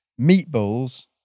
meatballs